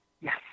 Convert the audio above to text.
yes